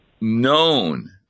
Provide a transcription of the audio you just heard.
known